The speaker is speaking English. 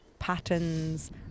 patterns